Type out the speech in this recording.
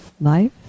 life